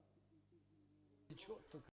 Дякую.